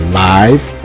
live